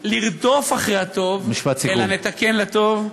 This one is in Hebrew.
לרדוף אחרי הטוב אלא נתקן לטוב.